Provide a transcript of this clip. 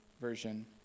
version